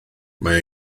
mae